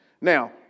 Now